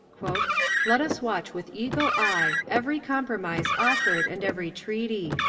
let us watch with eagle eye every compromise offered and every treaty.